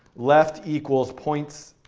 left equals points